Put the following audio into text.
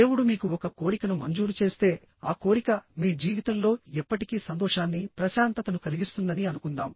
దేవుడు మీకు ఒక కోరికను మంజూరు చేస్తే ఆ కోరిక మీ జీవితంలో ఎప్పటికీ సంతోషాన్ని ప్రశాంతతను కలిగిస్తుందని అనుకుందాం